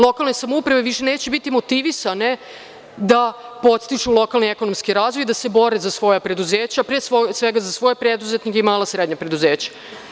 Lokalne samouprave više neće biti motivisane da podstiču lokalni ekonomski razvoj, da se bore za svoja preduzeća, pre svega za svoje preduzetnike i mala i srednja preduzeća.